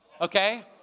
okay